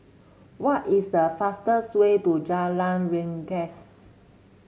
what is the fastest way to Jalan Rengas